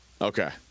Okay